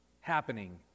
happening